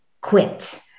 quit